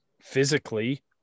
physically